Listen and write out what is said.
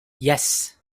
yes